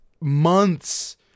months